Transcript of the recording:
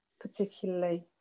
particularly